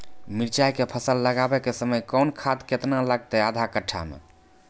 मिरचाय के फसल लगाबै के समय कौन खाद केतना लागतै आधा कट्ठा मे?